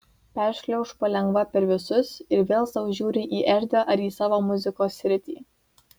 peršliauš palengva per visus ir vėl sau žiūri į erdvę ar į savo muzikos sritį